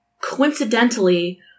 coincidentally